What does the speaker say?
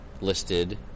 listed